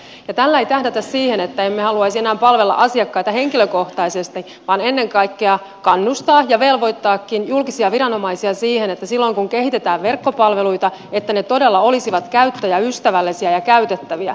tällä ei tähdätä siihen että emme haluaisi enää palvella asiakkaita henkilökohtaisesti vaan ennen kaikkea kannustetaan ja velvoitetaankin julkisia viranomaisia siihen että silloin kun kehitetään verkkopalveluita ne todella olisivat käyttäjäystävällisiä ja käytettäviä